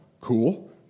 cool